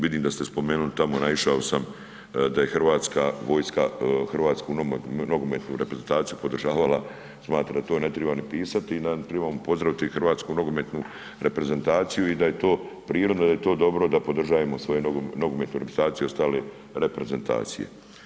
Vidim da ste spomenuli tamo, naišao sam da je Hrvatska vojska Hrvatsku nogometnu reprezentaciju podržavala, smatram da to ne triba ni pisati i da trebamo pozdraviti Hrvatsku nogometnu reprezentaciju i da je to prirodno i da je to dobro da podržajemo svoju nogometnu reprezentaciju i ostale reprezentacije.